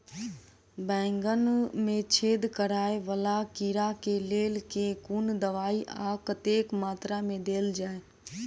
बैंगन मे छेद कराए वला कीड़ा केँ लेल केँ कुन दवाई आ कतेक मात्रा मे देल जाए?